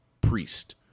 priest